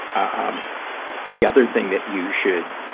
ah the other thing that you should,